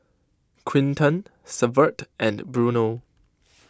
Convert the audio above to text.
Quinton Severt and Bruno